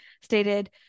stated